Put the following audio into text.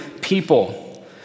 people